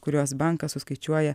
kuriuos bankas suskaičiuoja